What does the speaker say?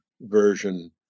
version